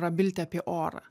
prabilti apie orą